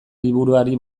liburuari